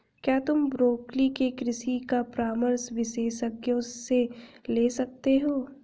क्या तुम ब्रोकोली के कृषि का परामर्श विशेषज्ञों से ले सकते हो?